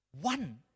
one